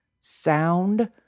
sound